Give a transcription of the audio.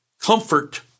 comfort